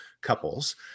couples